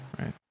right